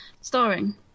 Starring